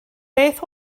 beth